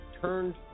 turned